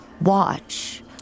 watch